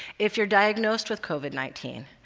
if you're diagnosed with covid nineteen,